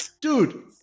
Dude